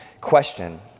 question